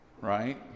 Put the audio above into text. right